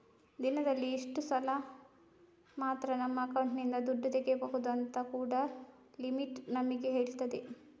ದಿನದಲ್ಲಿ ಇಷ್ಟು ಸಲ ಮಾತ್ರ ನಮ್ಮ ಅಕೌಂಟಿನಿಂದ ದುಡ್ಡು ತೆಗೀಬಹುದು ಅಂತ ಕೂಡಾ ಲಿಮಿಟ್ ನಮಿಗೆ ಹೇಳ್ತದೆ